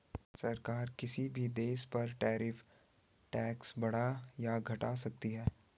सरकार किसी भी देश पर टैरिफ टैक्स बढ़ा या घटा सकती है